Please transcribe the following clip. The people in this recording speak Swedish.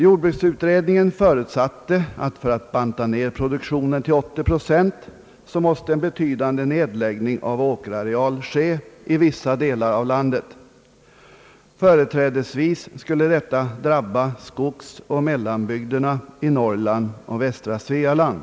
Jordbruksutredningen förutsatte att vid en nedbantning av produktionen till 80 procent måste en betydande nedläggning av åkerareal ske i vissa delar av landet. Företrädesvis skulle detta drabba skogsoch mellanbygderna i Norrland och västra Svealand.